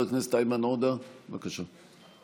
חבר הכנסת איימן עודה, בבקשה.